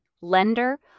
lender